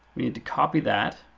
we need to copy that,